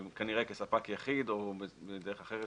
כנראה כספק יחיד או בדרך אחרת,